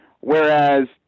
whereas